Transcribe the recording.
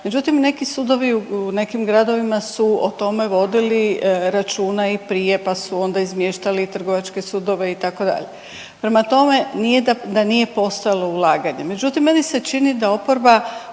međutim neki sudovi u nekim gradovima su o tome vodili računa i prije, pa su onda izmještali trgovačke sudove itd.. Prema tome nije da, da nije postojalo ulaganje, međutim meni se čini da oporba